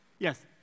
Yes